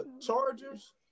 Chargers